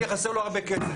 כי חסר לו הרבה כסף.